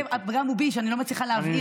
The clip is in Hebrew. אני ניסיתי.